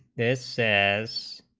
this says